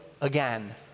again